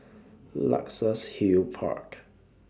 Luxus Hill Park